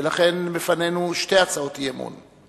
ולכן בפנינו שתי הצעות אי-אמון: